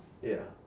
ya